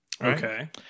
Okay